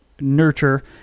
nurture